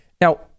Now